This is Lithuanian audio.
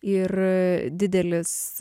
ir didelis